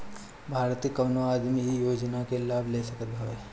भारत के कवनो आदमी इ योजना के लाभ ले सकत हवे